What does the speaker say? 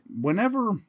whenever